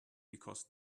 because